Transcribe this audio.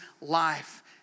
life